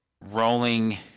rolling